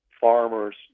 farmers